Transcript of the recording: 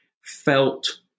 felt